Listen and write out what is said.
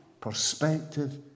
perspective